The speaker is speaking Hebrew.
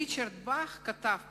ריצ'ארד באך כתב פעם: